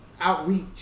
outreach